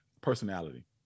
personality